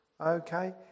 Okay